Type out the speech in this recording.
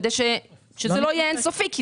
כדי שזה לא יהיה אין סופי.